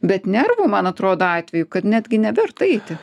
bet nervų man atrodo atveju kad netgi neverta eiti